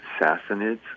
Sassanids